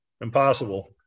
Impossible